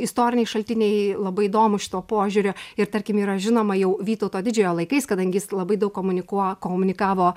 istoriniai šaltiniai labai įdomūs šituo požiūriu ir tarkim yra žinoma jau vytauto didžiojo laikais kadangi jis labai daug komunikuo komunikavo